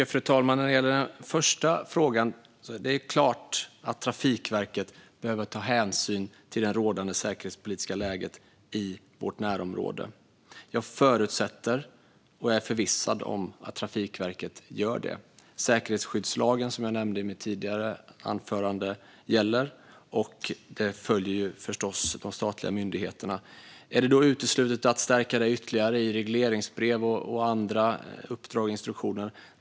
Fru talman! Vad gäller den första frågan behöver Trafikverket självklart ta hänsyn till det rådande säkerhetspolitiska läget i vårt närområde. Jag förutsätter och är förvissad om att Trafikverket gör det. Säkerhetsskyddslagen, som jag nämnde i mitt tidigare anförande, gäller, och de statliga myndigheterna följer förstås den. Är det uteslutet att stärka detta ytterligare i regleringsbrev och andra uppdrag och instruktioner?